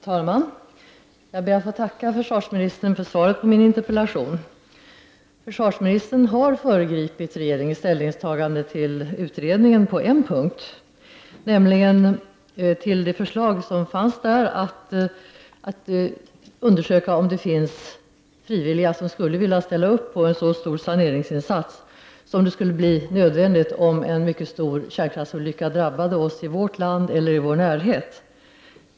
Fru talman! Jag ber att få tacka försvarsminitern för svaret på min interpellation. Försvarsministern har på en punkt föregripit regeringens ställningstagande till utredningens förslag, nämligen när det gäller förslaget att undersöka om det finns frivilliga som skulle vara villiga att ställa upp vid en så stor saneringsinsats som skulle bli nödvändig om en stor kärnkraftsolycka drabbar oss i vårt land eller i vår närhet.